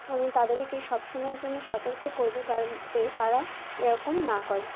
আমি তাদেরকে সবসময়ের জন্য সতর্ক করব যাতে তারা এরকম না করে